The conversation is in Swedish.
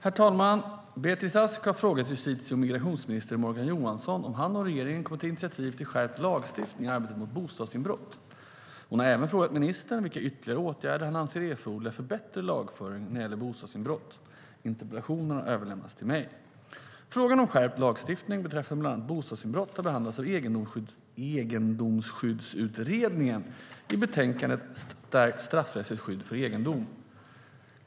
Fru talman! Beatrice Ask har frågat justitie och migrationsminister Morgan Johansson om han och regeringen kommer att ta initiativ till skärpt lagstiftning i arbetet mot bostadsinbrott. Hon har även frågat ministern vilka ytterligare åtgärder han anser erforderliga för bättre lagföring när det gäller bostadsinbrott. Interpellationen har överlämnats till mig. Frågan om skärpt lagstiftning beträffande bland annat bostadsinbrott har behandlats av Egendomsskyddsutredningen i betänkandet Stärkt straffrättsligt skydd för egendom .